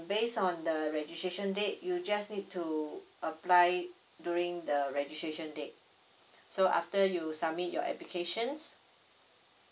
based on the the registration date you just need to apply during the registration date so after you submit your applications